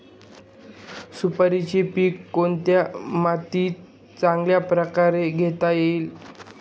सुपारीचे पीक कोणत्या मातीत चांगल्या प्रकारे घेता येईल?